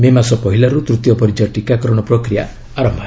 ମେ ମାସ ପହିଲାରୁ ତୃତୀୟ ପର୍ଯ୍ୟାୟ ଟିକାକରଣ ପ୍ରକ୍ରିୟା ଆରମ୍ଭ ହେବ